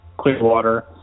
Clearwater